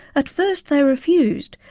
at first they refused,